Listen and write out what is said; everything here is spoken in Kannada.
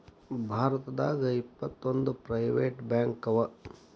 ಭಾರತದಾಗ ಇಪ್ಪತ್ತೊಂದು ಪ್ರೈವೆಟ್ ಬ್ಯಾಂಕವ